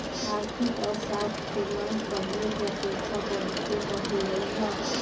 आर्थिक अर्थशास्त्र के मांग पहिले के अपेक्षा बहुते बढ़लइ ह